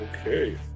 okay